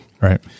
Right